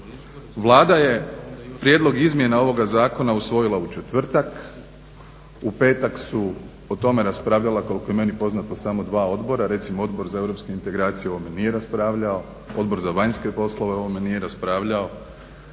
Vlada je prijedlog izmjena ovoga zakona usvojila u četvrtak, u petak su o tome raspravljala koliko je meni poznato samo dva odbora, recimo Odbor za europske integracije o ovome nije raspravljao, Odbor za vanjske poslove o ovome nije raspravljao.